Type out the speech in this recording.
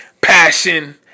passion